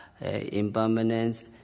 impermanence